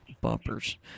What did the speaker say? bumpers